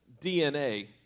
DNA